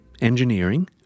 engineering